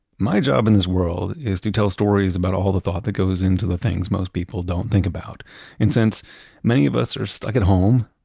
my job in this world is to tell stories about all the thought that goes into the things most people don't think about and since many of us are stuck at home,